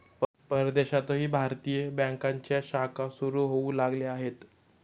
परदेशातही भारतीय बँकांच्या शाखा सुरू होऊ लागल्या आहेत